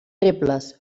rebles